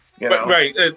Right